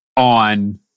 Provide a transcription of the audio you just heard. on